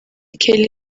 kelly